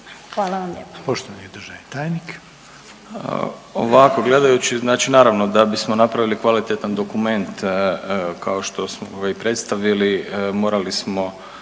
Hvala vam